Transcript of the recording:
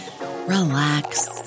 relax